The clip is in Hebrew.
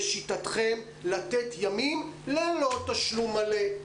לשיטתכם, לתת ימים ללא תשלום מלא.